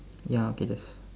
ya okay there's